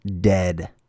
dead